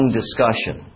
discussion